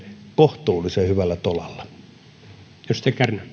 kohtuullisen hyvällä tolalla